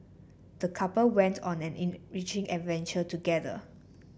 the couple went on an enriching adventure together